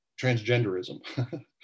transgenderism